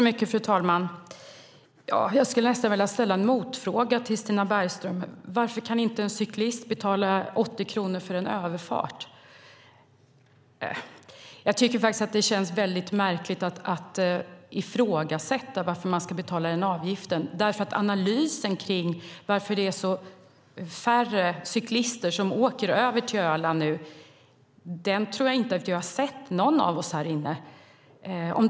Fru talman! Jag skulle nästan vilja ställa en motfråga till Stina Bergström. Varför kan inte en cyklist betala 80 kronor för en överfart? Jag tycker faktiskt att det känns väldigt märkligt att ifrågasätta varför man ska betala en avgift. Analysen av varför det är färre cyklister som åker över till Öland nu tror inte jag att någon av oss här inne har sett.